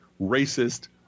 racist